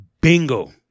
Bingo